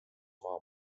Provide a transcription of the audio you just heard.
maa